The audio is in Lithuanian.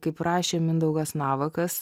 kaip rašė mindaugas navakas